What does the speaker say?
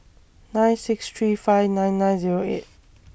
nine six three five nine nine Zero eight